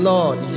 Lord